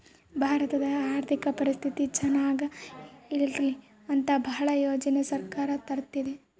ಭಾರತದ ಆರ್ಥಿಕ ಪರಿಸ್ಥಿತಿ ಚನಾಗ ಇರ್ಲಿ ಅಂತ ಭಾಳ ಯೋಜನೆ ಸರ್ಕಾರ ತರ್ತಿದೆ